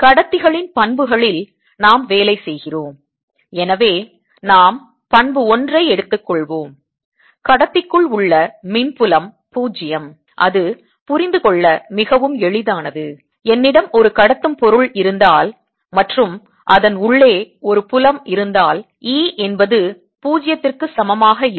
கடத்திகளின் பண்புகளில் நாம் வேலை செய்கிறோம் எனவே நாம் பண்பு 1 ஐ எடுத்துக் கொள்வோம் கடத்திக்குள் உள்ள மின் புலம் பூஜ்ஜியம் அது புரிந்து கொள்ள மிகவும் எளிதானது என்னிடம் ஒரு கடத்தும் பொருள் இருந்தால் மற்றும் அதன் உள்ளே ஒரு புலம் இருந்தால் E என்பது பூஜ்ஜியத்திற்கு சமமாக இல்லை